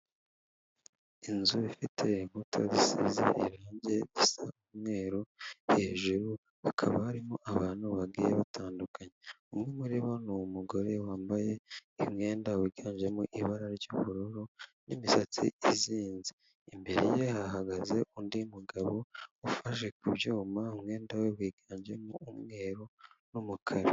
Inzu ifite inkuta zisize irange risa umweru, hejuru hakaba harimo abantu bagiye batandukanye, umwe muri bo ni mugore wambaye umwenda wiganjemo ibara ry'ubururu n'imisatsi izinze. Imbere ye hahagaze undi mugabo, ufashe ku byuma, umwenda we wiganjemo umweru n'umukara.